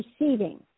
receiving